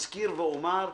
אזכיר ואומר,